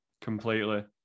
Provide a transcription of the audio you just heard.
completely